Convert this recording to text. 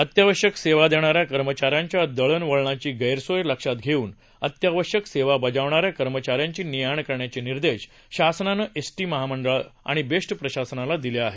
अत्यावश्यक सेवा देणाऱ्या कर्मचाऱ्यांच्या दळणवळणाची गैरसोय लक्षात घेऊन अत्यावश्यक सेवा बजावणाऱ्या कर्मचाऱ्यांची ने आण करण्याचे निर्देश शासनानं एसटी महामंडळ आणि बेस्ट प्रशासनाला दिले आहेत